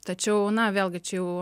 tačiau na vėlgi čia jau